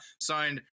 Signed